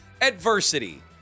adversity